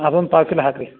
ಅದು ಒಂದು ಪಾವ್ ಕಿಲೋ ಹಾಕಿರಿ